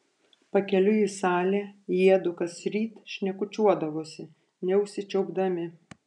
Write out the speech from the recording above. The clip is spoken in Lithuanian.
pakeliui į salę jiedu kasryt šnekučiuodavosi neužsičiaupdami